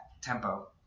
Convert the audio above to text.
tempo